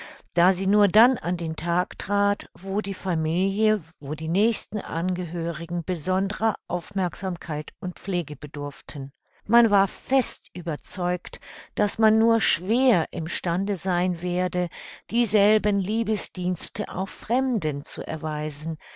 da sie nur dann an den tag trat wo die familie wo die nächsten angehörigen besondrer aufmerksamkeit und pflege bedurften man war fest überzeugt daß man nur schwer im stande sein werde dieselben liebesdienste auch fremden zu erweisen